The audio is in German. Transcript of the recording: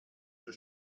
für